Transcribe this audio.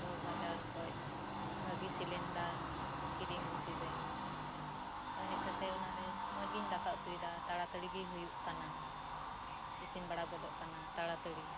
ᱛᱚ ᱵᱟᱡᱟᱨ ᱠᱷᱚᱱ ᱵᱷᱟᱜᱮ ᱥᱤᱞᱤᱱᱰᱟᱨ ᱠᱤᱨᱤᱧ ᱟᱹᱜᱩ ᱠᱤᱫᱟᱹᱧ ᱦᱮᱡ ᱠᱟᱛᱮ ᱚᱱᱟ ᱨᱮ ᱢᱚᱸᱡᱽ ᱜᱮᱧ ᱫᱟᱠᱟ ᱩᱛᱩᱭᱮᱫᱟ ᱛᱟᱲᱟ ᱛᱟᱲᱤ ᱜᱮ ᱦᱳᱭᱳᱜ ᱠᱟᱱᱟ ᱤᱥᱤᱱ ᱵᱟᱲᱟ ᱜᱚᱫᱚᱜ ᱠᱟᱱᱟ ᱛᱟᱲᱟ ᱛᱟᱲᱤ